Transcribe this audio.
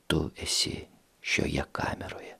tu esi šioje kameroje